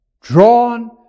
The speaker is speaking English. Drawn